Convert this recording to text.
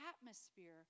atmosphere